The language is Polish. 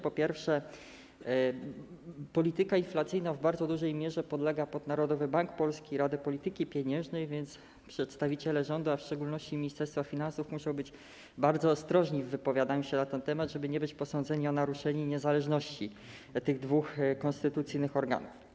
Po pierwsze, polityka inflacyjna w bardzo dużej mierze podpada pod Narodowy Bank Polski, Radę Polityki Pieniężnej, więc przedstawiciele rządu, a w szczególności Ministerstwa Finansów, muszą być bardzo ostrożni w wypowiadaniu się na ten temat, żeby nie posądzono ich o naruszenie niezależności tych dwóch konstytucyjnych organów.